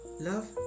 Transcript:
Love